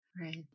Right